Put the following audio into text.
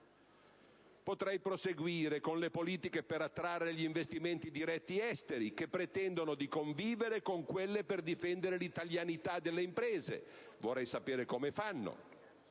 Potrei proseguire con le politiche per attrarre gli investimenti diretti esteri, che pretendono di convivere con quelle per difendere l'italianità delle imprese - vorrei sapere come fanno